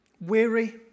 Weary